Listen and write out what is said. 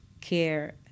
care